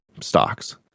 stocks